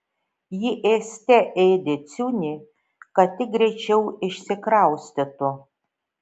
ji ėste ėdė ciunį kad tik greičiau išsikraustytų